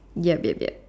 yup yup yup